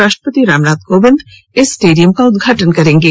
राष्ट्रपति रामनाथ कोविंद इस स्टेडियम का उद्घाटन करेंगे